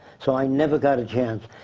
so i never got a chance.